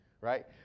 right